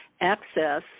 access